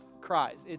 cries